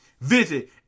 Visit